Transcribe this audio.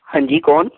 ਹਾਂਜੀ ਕੌਣ